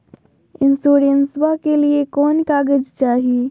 इंसोरेंसबा के लिए कौन कागज चाही?